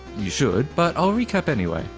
you should, but i'll recap anyway.